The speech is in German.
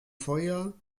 feuer